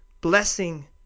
blessing